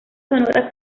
sonora